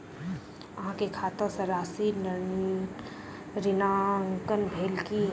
अहाँ के खाता सॅ राशि ऋणांकन भेल की?